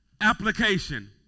application